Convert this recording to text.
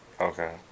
Okay